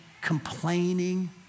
complaining